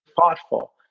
thoughtful